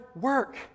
work